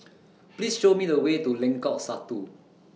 Please Show Me The Way to Lengkong Satu